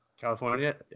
California